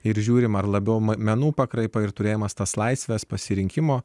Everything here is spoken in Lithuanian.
ir žiūrime ar labiau menų pakraipą ir turėjimas tos laisvės pasirinkimo